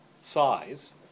size